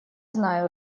знаю